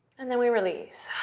and then we release.